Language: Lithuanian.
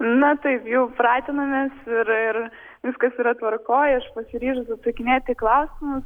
na taip jau pratinamės ir ir viskas yra tvarkoj aš pasiryžus atsakinėti į klausimus